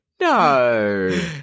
No